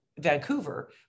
vancouver